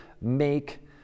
make